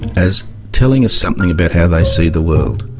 as telling us something about how they see the world.